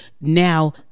now